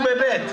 אנחנו בסעיף (ב).